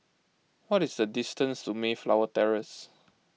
what is the distance to Mayflower Terrace